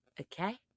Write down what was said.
okay